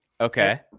Okay